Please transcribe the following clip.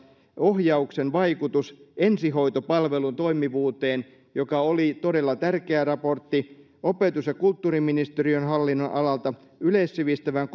ohjauksen vaikutus ensihoitopalvelun toimivuuteen joka oli todella tärkeä raportti opetus ja kulttuuriministeriön hallinnonalalta yleissivistävän